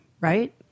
right